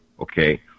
okay